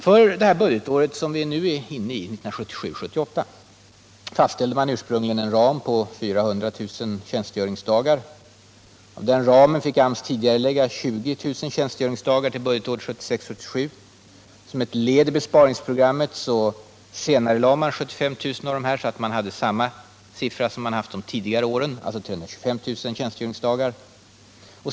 För det budgetår som vi nu är inne i, 1977 77. Som ett led i besparingsprogrammet senarelade man 75 000 så att man hade samma siffra som man hade haft de tidigare åren, alltså 325 000 tjänst göringsdagar.